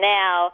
now